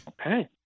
Okay